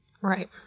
Right